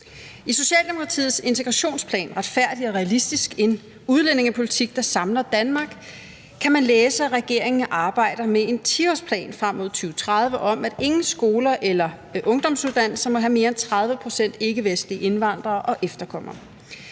I Socialdemokratiets integrationsplan »Retfærdig og realistisk – en udlændingepolitik der samler Danmark« kan man læse, at regeringen arbejder med en 10-årsplan frem mod 2030 om, at ingen skoler eller ungdomsuddannelser må have mere end 30 pct. ikkevestlige indvandrere og efterkommere.